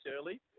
early